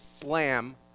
slam